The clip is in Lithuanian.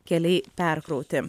keliai perkrauti